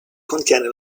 contiene